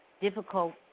difficult